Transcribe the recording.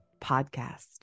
Podcast